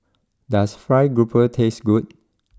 does Fried grouper taste good